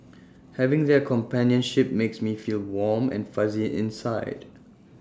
having their companionship makes me feel warm and fuzzy inside